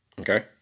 Okay